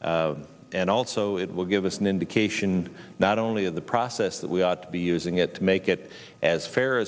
and also it will give us an indication not only of the process that we ought to be using it to make it as fair as